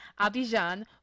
Abidjan